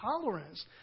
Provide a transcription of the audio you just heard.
tolerance